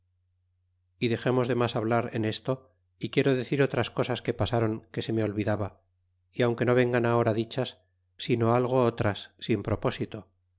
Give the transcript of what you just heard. y dexernos de mas hablar en esto y quiero decir otras cosas que pasaron que se me olvidaba y aunque no vengan ahora dichas sino algo otras sin